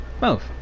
Move